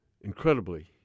incredibly